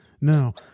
No